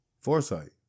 foresight